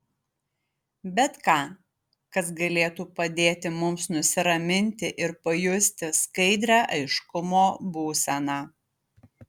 bet ką kas galėtų padėti mums nusiraminti ir pajusti skaidrią aiškumo būseną